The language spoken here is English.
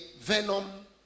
venom